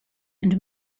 and